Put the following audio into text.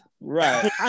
Right